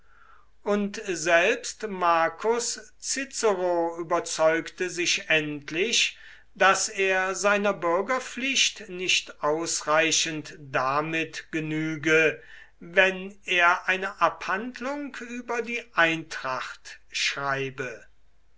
und selbst marcus cicero überzeugte sich endlich daß er seiner bürgerpflicht nicht ausreichend damit genüge wenn er eine abhandlung über die eintracht schreibe